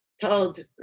told